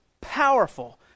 powerful